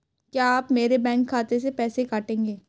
क्या आप मेरे बैंक खाते से पैसे काटेंगे?